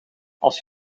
als